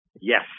Yes